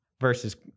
versus